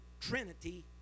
Trinity